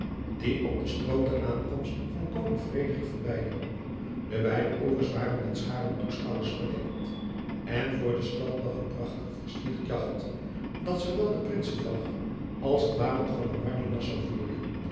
die op den stroom de aankomst van koning frederik verbeidden de beide oevers waren met scharen toeschouwers bedekt en voor de stad lag een prachtig vercierd jacht dat zoowel de princenvlag als het wapen van oranje nassau voerde